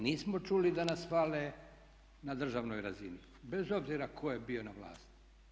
Nismo čuli da nas hvale na državnoj razini, bez obzira tko je bio na vlasti.